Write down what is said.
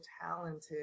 talented